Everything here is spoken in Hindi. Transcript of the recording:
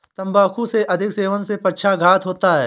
तंबाकू के अधिक सेवन से पक्षाघात होता है